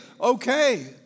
Okay